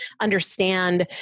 understand